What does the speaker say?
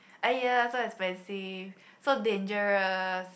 !aiya! so expensive so dangerous